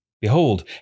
Behold